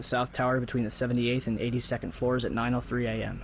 the south tower between the seventy eighth and eighty second floors at nine o three